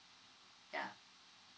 ya